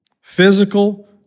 physical